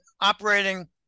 operating